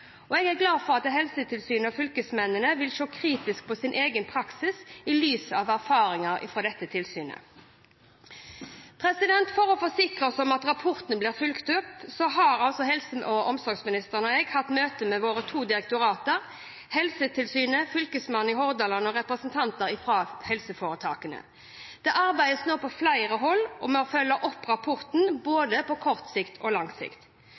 Jeg er glad for at Helsetilsynet og fylkesmennene vil se kritisk på sin egen praksis i lys av erfaringene fra dette tilsynet. For å forsikre oss om at rapporten blir fulgt opp, har helse- og omsorgsministeren og jeg hatt møte med våre to direktorater, Helsetilsynet, Fylkesmannen i Hordaland og representanter fra helseforetakene. Det arbeides nå på flere hold med å følge opp rapporten, både på kort og på lang sikt.